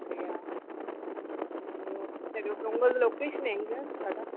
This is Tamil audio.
அப்படியா ஐய்யயோ சரி ஓகே உங்க இது லொகேஷன் எங்கே கடை